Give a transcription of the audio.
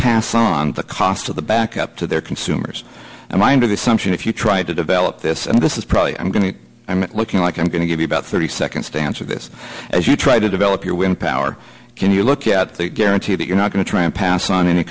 pass on the cost of the backup to their consumers and mind of the assumption if you try to develop this and this is probably i'm going to i'm looking like i'm going to give you about thirty seconds to answer this as you try to develop your wind power can you look at i guarantee that you're not going to try and pass on any